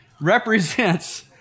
represents